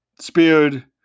Speared